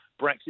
Brexit